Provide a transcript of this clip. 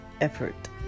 effort